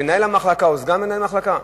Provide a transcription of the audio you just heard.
מנהל המחלקה או סגן מנהל המחלקה?